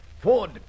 Ford